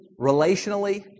relationally